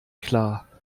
klar